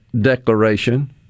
Declaration